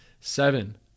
Seven